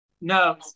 no